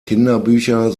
kinderbücher